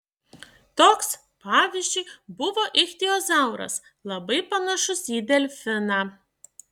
toks pavyzdžiui buvo ichtiozauras labai panašus į delfiną